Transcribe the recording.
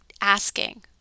asking